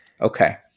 Okay